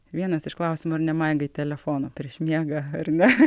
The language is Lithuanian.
vienas iš klausimų ar nemaigai telefono prieš miegą ar ne